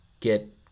Get